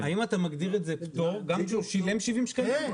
האם אתה מגדיר את זה פטור גם כשהוא שילם 70 שקלים?